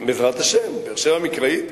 בעזרת השם, באר-שבע המקראית.